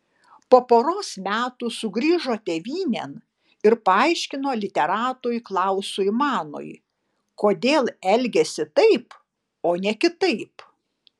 po poros metų sugrįžo tėvynėn ir paaiškino literatui klausui manui kodėl elgėsi taip o ne kitaip